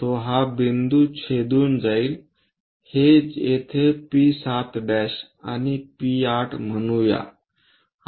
तो हा बिंदू छेदून जाईल हे येथे P7आणि P8 म्हणूया